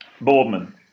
Boardman